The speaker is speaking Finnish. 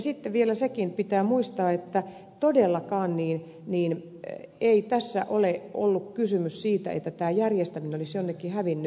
sitten vielä sekin pitää muistaa että todellakaan tässä ei ole ollut kysymys siitä että tämä järjestäminen olisi jonnekin hävinnyt